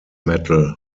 metal